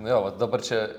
na jo va dabar čia